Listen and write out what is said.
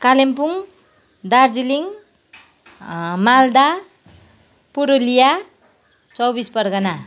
Kalimpong Darjeeling Malda Purulia Chaubis Pargana